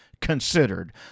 considered